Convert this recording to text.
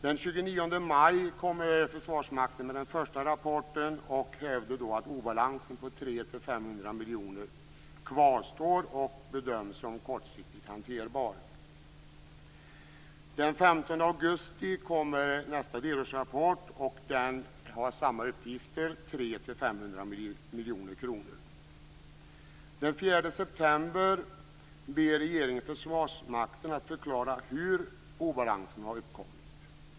Den 29 maj kommer Försvarsmakten med den första rapporten. Man säger då att obalansen på 300 500 miljoner kvarstår och att den bedöms som kortsiktigt hanterbar. Den 15 augusti kommer nästa delårsrapport. I den finns samma uppgifter, nämligen att det rör sig om Den 4 september ber regeringen Försvarsmakten att förklara hur obalansen har uppkommit.